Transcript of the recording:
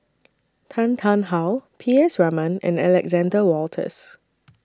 Tan Tarn How P S Raman and Alexander Wolters